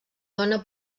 dona